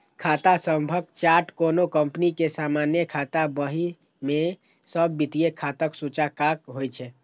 खाता सभक चार्ट कोनो कंपनी के सामान्य खाता बही मे सब वित्तीय खाताक सूचकांक होइ छै